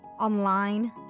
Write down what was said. online